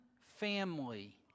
family